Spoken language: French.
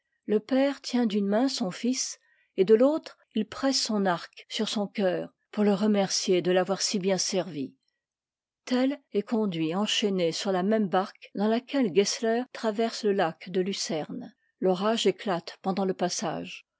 le père tient d'une main son fils et de l'autre il presse son arc sur son coeur pour le remercier de l'avoir si bien servi tell est conduit enchaîné sur la même barque dans laquelle gessler traverse le lac de lucerne l'orage éclate pendant le passage